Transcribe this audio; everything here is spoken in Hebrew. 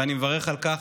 ואני מברך על כך,